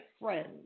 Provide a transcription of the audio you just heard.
friends